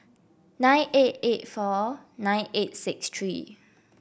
nine eight eight four nine eight six three